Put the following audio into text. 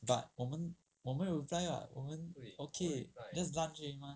but 我们我们有 reply [what] 我们 okay just lunch 而已 mah